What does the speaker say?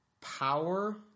power